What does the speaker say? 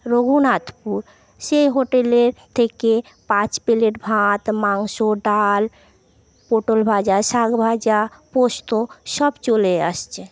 রঘুনাথপুর সেই হোটেলের থেকে প্লেট ভাত মাংস ডাল পটল ভাজা শাক ভাজা পোস্ত সব চলে আসছে